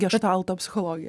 geštalto psichologija